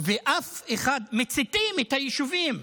מציתים את היישובים,